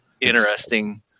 interesting